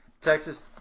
Texas –